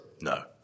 No